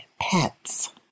pets